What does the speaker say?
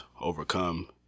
overcome